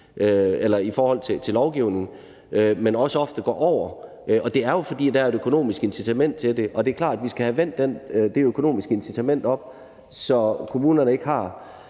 eller i forhold til lovgivningen, men også ofte går over grænsen, og det er jo, fordi der er et økonomisk incitament til det. Det er klart, at vi skal have vendt det økonomiske incitament om, så kommunerne ikke har